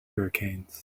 hurricanes